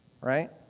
right